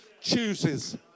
chooses